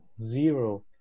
zero